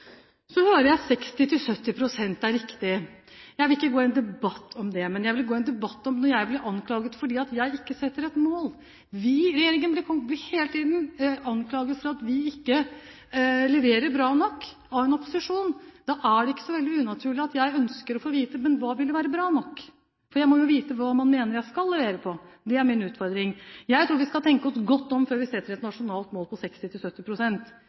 Så hører jeg at 60–70 pst. er det riktige. Jeg vil ikke gå inn i en debatt om det, men jeg vil gå inn i en debatt om at jeg blir anklaget for ikke å sette et mål. Regjeringen blir hele tiden anklaget av en opposisjon for at den ikke leverer bra nok. Da er det ikke så veldig unaturlig at jeg ønsker å vite: Hva ville være bra nok? For jeg må jo vite hva man mener jeg skal levere på. Det er min utfordring. Jeg tror vi skal tenke oss godt om før vi setter et nasjonalt mål på